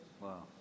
Wow